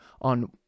on